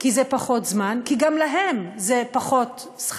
כי זה פחות זמן,